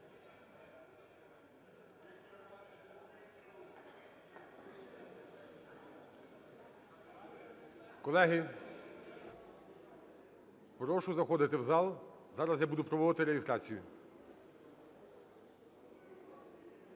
Колеги, прошу заходити в зал, зараз я буду проводити реєстрацію.